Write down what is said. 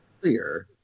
Clear